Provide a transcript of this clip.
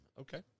Okay